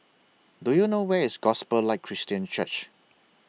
Do YOU know Where IS Gospel Light Christian Church